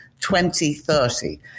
2030